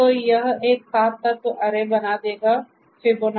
तो यह एक 7 तत्व अरे जिनमें यह अलग तत्व होंगे